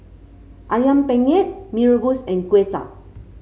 ayam penyet Mee Rebus and Kway Chap